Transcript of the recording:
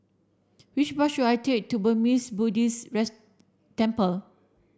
which bus should I take to Burmese Buddhist Temple